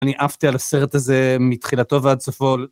אני עפתי על הסרט הזה, מתחילתו ועד סופו...